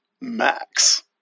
Max